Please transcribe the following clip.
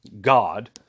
god